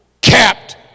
capped